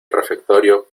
refectorio